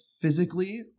Physically